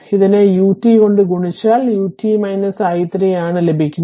ഇതിനെ u t കൊണ്ട് ഗുണിച്ചാൽ ut i 3 ആണ് ലഭിക്കുന്നത്